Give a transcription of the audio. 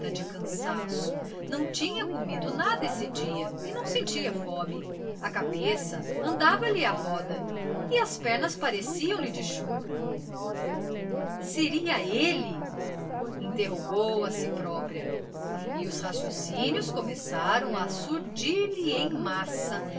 de cansaço não tinha comido nada esse dia e não sentia fome a cabeça andava lhe à roda as pernas pareciam-lhe de chumbo seria ele interrogou a si própria e os raciocínios começaram a surdir lhe em massa